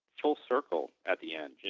full circled at the end. yeah